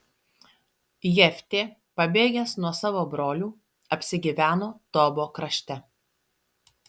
jeftė pabėgęs nuo savo brolių apsigyveno tobo krašte